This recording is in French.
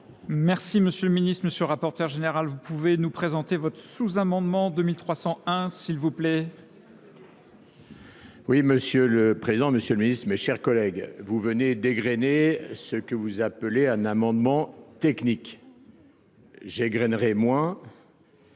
Merci Monsieur le Ministre, Monsieur le rapporteur général, vous pouvez nous présenter votre sous-amendement 2301 s'il vous plaît ? Oui Monsieur le Président, Monsieur le Ministre, mes chers collègues, vous venez dégrainer ce que vous appelez un amendement technique. J'égrainerai moins,